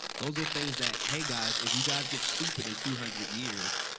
those are things that, hey, guys, if you guys get stupid in two hundred years,